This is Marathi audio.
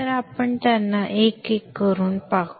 तर आपण त्यांना एक एक करून पाहू